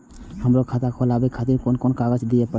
हमरो खाता खोलाबे के खातिर कोन कोन कागज दीये परतें?